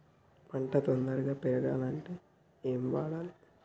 పంట తొందరగా పెరగాలంటే ఏమి వాడాలి?